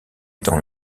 dans